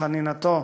חנינתו,